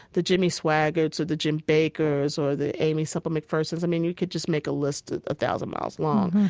the jimmy swaggarts or the jim bakkers or the aimee semple mcphersons, i mean, you could just make a list a thousand miles long.